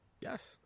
Yes